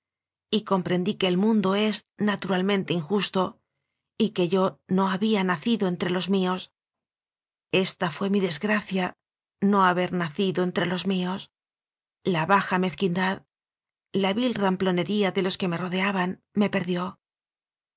comprendí que el mundo es naturalmente injusto y que yo no había nacido entre los míos esta fué mi desgracia no haber nacido entre los míos la baja mezquindad la vil ramplonería de los que me rodeaban me perdió